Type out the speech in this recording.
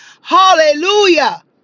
Hallelujah